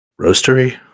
roastery